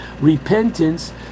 repentance